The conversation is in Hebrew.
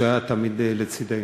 שתמיד היה לצדנו.